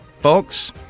Folks